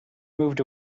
moved